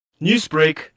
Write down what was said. Newsbreak